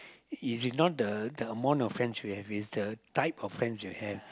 is it not the the amount of friends you have is the type of friends you have